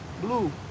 blue